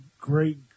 great